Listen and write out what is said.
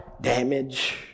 damage